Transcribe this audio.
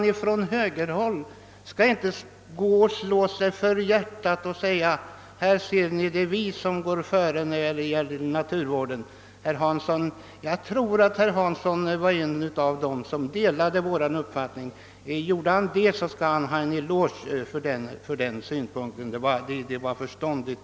Ni på högerhåll skall däremot inte slå er för bröstet och säga att det är ni som går före när det gäller naturvården. Jag vill minnas att herr Hansson i Skegrie var en av dem som delade vår uppfattning och han skall i så fall ha en eloge för detta ställningstagande, som var förståndigt.